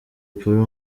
polly